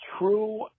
true